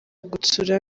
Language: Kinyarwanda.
gutsura